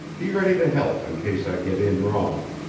be ready to help in case i get in wrong.